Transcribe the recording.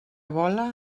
vola